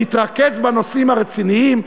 נתרכז בנושאים הרציניים,